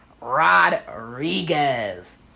Rodriguez